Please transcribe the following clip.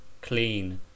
Clean